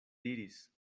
diris